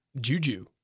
juju